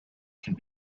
can